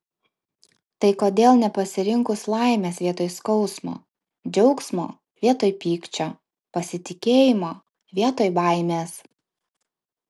tai kodėl nepasirinkus laimės vietoj skausmo džiaugsmo vietoj pykčio pasitikėjimo vietoj baimės